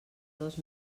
dos